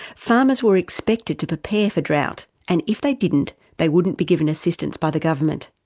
farmers were expected to prepare for drought, and if they didn't, they wouldn't be given assistance by the government,